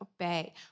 obey